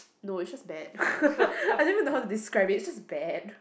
no it's just bad I don't even know how to describe it it's just bad